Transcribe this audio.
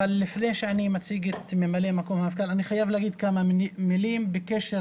אבל אני חייב להגיד כמה מילים בקשר